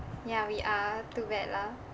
ya we are too bad lah